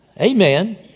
Amen